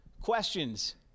questions